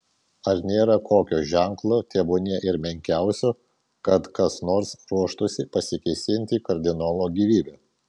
ar nėra kokio ženklo tebūnie ir menkiausio kad kas nors ruoštųsi pasikėsinti į kardinolo gyvybę